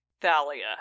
Thalia